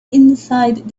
inside